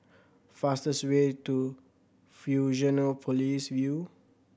fastest way to Fusionopolis View